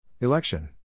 Election